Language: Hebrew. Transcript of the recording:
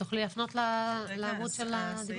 תוכלי להפנות לעמוד של הדיווח?